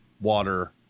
water